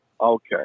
okay